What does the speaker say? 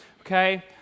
Okay